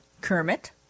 Kermit